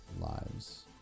lives